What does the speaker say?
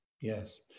Yes